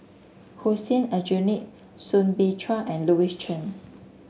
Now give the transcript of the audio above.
Hussein Aljunied Soo Bin Chua and Louis Chen